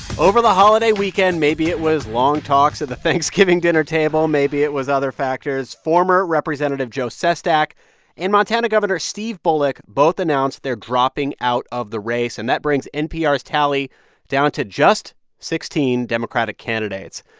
over the holiday weekend maybe it was long talks at the thanksgiving dinner table. maybe it was other factors former representative joe sestak and montana governor steve bullock both announced they're dropping out of the race. and that brings npr's tally down to just sixteen democratic candidates.